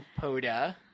poda